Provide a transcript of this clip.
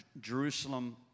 Jerusalem